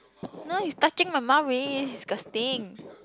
no you touching my mouth very disgusting